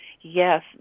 yes